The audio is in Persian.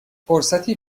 فرصتی